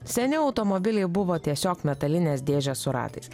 seni automobiliai buvo tiesiog metalinės dėžės su ratais